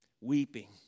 weeping